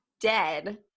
dead